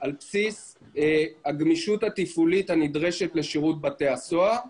על בסיס הגמישות התפעולית הנדרשת לשירות בתי הסוהר,